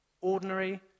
Ordinary